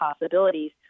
possibilities